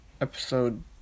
episode